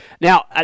Now